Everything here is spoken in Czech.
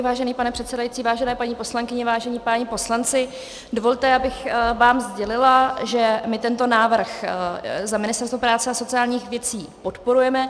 Vážený pane předsedající, vážené paní poslankyně, vážení páni poslanci, dovolte, abych vám sdělila, že my tento návrh za Ministerstvo práce a sociálních věcí podporujeme.